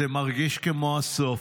זה מרגיש כמו הסוף,